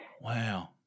wow